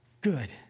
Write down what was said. good